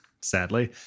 sadly